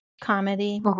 comedy